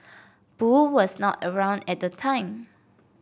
boo was not around at the time